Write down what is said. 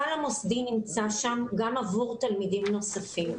הסל המוסדי נמצא שם גם עבור תלמידים נוספים,